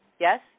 Yes